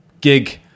gig